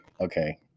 okay